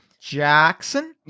Jackson